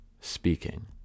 speaking